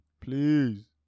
Please